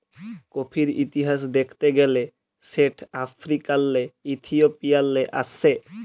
কফির ইতিহাস দ্যাখতে গ্যালে সেট আফ্রিকাল্লে ইথিওপিয়াল্লে আস্যে